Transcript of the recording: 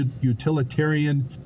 utilitarian